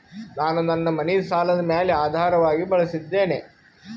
ನಾನು ನನ್ನ ಮನಿ ಸಾಲದ ಮ್ಯಾಲ ಆಧಾರವಾಗಿ ಬಳಸಿದ್ದೇನೆ